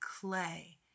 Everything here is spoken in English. clay